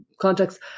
context